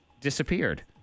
disappeared